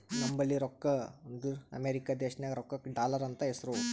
ನಂಬಲ್ಲಿ ರೊಕ್ಕಾ ಅಂದುರ್ ಅಮೆರಿಕಾ ದೇಶನಾಗ್ ರೊಕ್ಕಾಗ ಡಾಲರ್ ಅಂತ್ ಹೆಸ್ರು